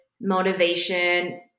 motivation